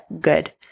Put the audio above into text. good